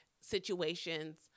situations